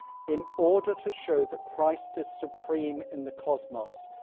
in order to show that christ is supreme in the cosmos,